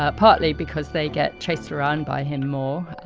ah partly because they get chased around by him more.